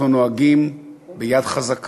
ונכנסים לתוך השטח שלה